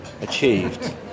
achieved